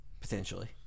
potentially